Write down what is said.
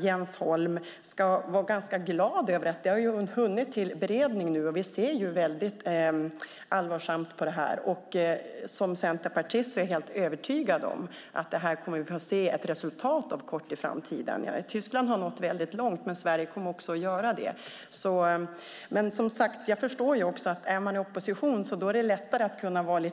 Jens Holm ska vara glad över att det är under beredning. Vi tar det på stort allvar. Som centerpartist är jag övertygad om att vi kommer att få se ett resultat av detta inom en snar framtid. Tyskland har nått långt, och Sverige kommer också att göra det. Är man i opposition är det lättare att vara